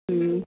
ହୁଁ